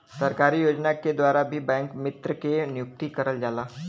सरकारी योजना के द्वारा भी बैंक मित्र के नियुक्ति करल जाला